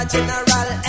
General